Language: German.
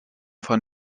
von